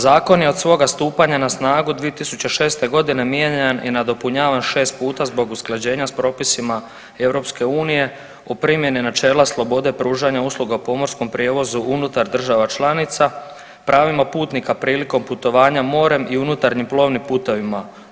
Zakon je od svoga stupanja na snagu 2006. godine mijenjan i nadopunjavan šest puta zbog usklađenja sa propisima EU o primjeni načela slobode, pružanja usluga u pomorskom prijevozu unutar država članica, pravima putnika prilikom putovanja morem i unutarnjim plovnim putevima.